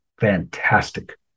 fantastic